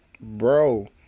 Bro